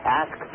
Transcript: ask